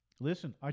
Listen